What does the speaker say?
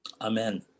Amen